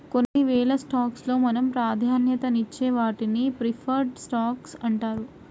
కొన్నివేల స్టాక్స్ లో మనం ప్రాధాన్యతనిచ్చే వాటిని ప్రిఫర్డ్ స్టాక్స్ అంటారు